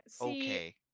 Okay